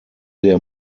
der